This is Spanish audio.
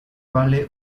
vale